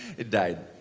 it died.